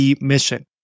mission